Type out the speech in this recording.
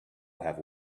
have